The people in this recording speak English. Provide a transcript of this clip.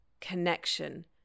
connection